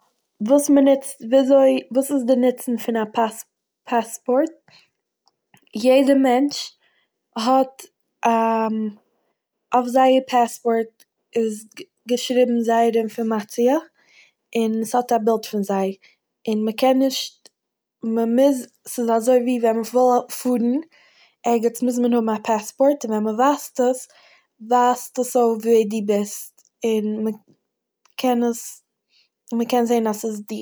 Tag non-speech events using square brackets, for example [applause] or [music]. וואס מ'נוצט- וויזוי- וואס איז די נוצען פון א פאס- פאספארט? יעדע מענטש האט [hesitation] אויף זייער פאספארט איז גע- געשריבן זייער אינפערמאציע און ס'האט א בילד פון זיי און מ'קען נישט- מ'מיז- ס'איז אזויווי ווען מ'וויל א- פארן ערגעץ מוז מען האבן א פאספארט און ווען מ'ווייזט עס ווייזט עס אויף ווער דו ביסט און מ'קען עס- מ'קען זעהן אז ס'איז דיך.